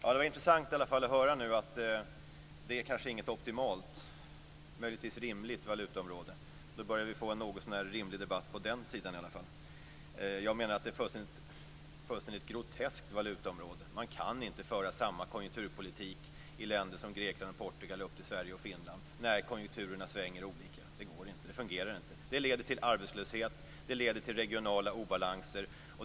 Fru talman! Det var intressant att höra att det kanske inte är något optimalt men möjligtvis rimligt valutaområde. Då börjar vi få en något så när rimlig debatt på den sidan i alla fall. Jag menar att det är ett fullständigt groteskt valutaområde. Man kan inte föra samma konjunkturpolitik i länder som Grekland, Portugal, Sverige och Finland när konjunkturerna svänger olika. Det går inte. Det fungerar inte. Det leder till arbetslöshet. Det leder till regionala obalanser.